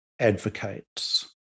advocates